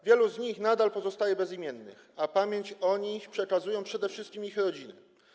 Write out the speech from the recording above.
Wielu z nich nadal pozostaje bezimiennych, a pamięć o nich przekazują przede wszystkim ich rodziny.